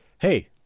hey